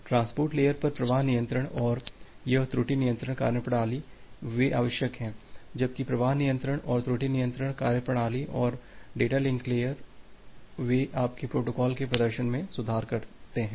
transport layer पर प्रवाह नियंत्रण और यह त्रुटि नियंत्रण कार्यप्रणाली वे आवश्यक हैं जबकि प्रवाह नियंत्रण और त्रुटि नियंत्रण कार्यप्रणाली और डेटा लिंक लेयर वे आपके प्रोटोकॉल के प्रदर्शन में सुधार करते हैं